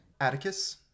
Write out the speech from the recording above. Atticus